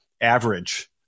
average